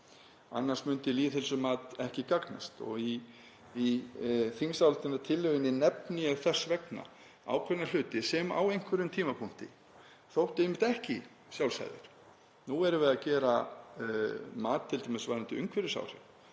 annars myndi lýðheilsumat ekki gagnast. Í þingsályktunartillögunni nefni ég þess vegna ákveðna hluti sem á einhverjum tímapunkti þóttu einmitt ekki sjálfsagðir. Nú erum við að gera mat t.d. varðandi umhverfisáhrif